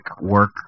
work